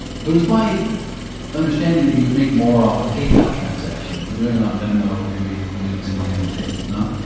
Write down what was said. but was my understanding that you would make more off of ah paypal transactions. if they're doing it on venmo, maybe you're leaving some money on the table, no?